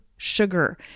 sugar